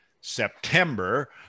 September